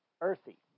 earthy